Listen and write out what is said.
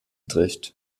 trifft